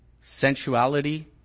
sensuality